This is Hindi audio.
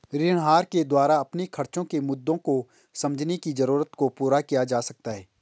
ऋण आहार के द्वारा अपने खर्चो के मुद्दों को समझने की जरूरत को पूरा किया जा सकता है